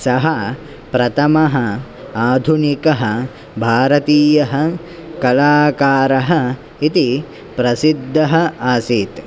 सः प्रथमः आधुनिकः भारतीयः कलाकारः इति प्रसिद्धः आसीत्